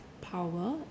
power